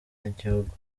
n’igihugu